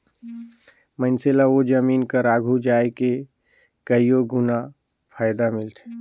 मइनसे ल ओ जमीन कर आघु जाए के कइयो गुना फएदा मिलथे